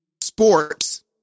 sports